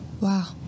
Wow